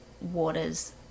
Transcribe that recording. waters